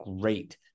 great